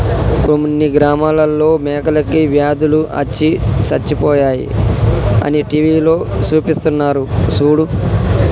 కొన్ని గ్రామాలలో మేకలకి వ్యాధులు అచ్చి సచ్చిపోయాయి అని టీవీలో సూపిస్తున్నారు సూడు